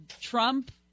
Trump